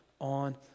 on